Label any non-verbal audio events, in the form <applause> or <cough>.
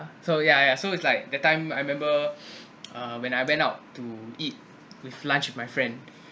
so yeah yeah so it's like that time I remember <breath> uh when I went out to eat with lunch with my friend